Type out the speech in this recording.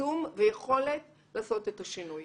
עצום ויכולת לעשות את השינוי.